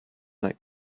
night